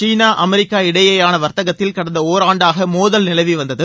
சீனா America இடையேயான வர்த்தகத்தில் கடந்த ஒராண்டாக மோதல் நிலவி வந்தது